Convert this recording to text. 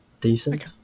decent